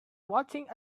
watching